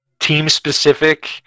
Team-specific